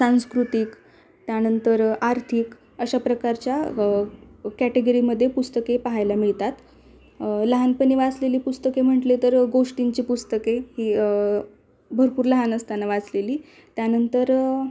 सांस्कृतिक त्यानंतर आर्थिक अशा प्रकारच्या कॅटेगरीमध्ये पुस्तके पहायला मिळतात लहानपणी वाचलेली पुस्तके म्हटले तर गोष्टींची पुस्तके ही भरपूर लहान असताना वाचलेली त्यानंतर